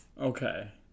Okay